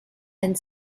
and